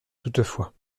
toutefois